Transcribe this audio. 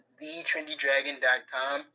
thetrendydragon.com